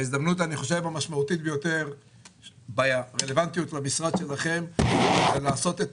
ההזדמנות המשמעותית ביותר ברלוונטיות למשרד שלכם היא לעשות את